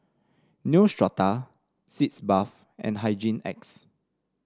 Neostrata Sitz Bath and Hygin X